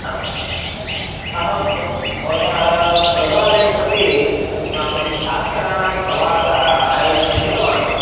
आम् अहं भवतः मृगालयं प्रति अस्माकं छात्राणां प्रवासः आयोजनं कृतवान्